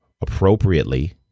appropriately